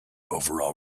overall